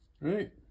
Right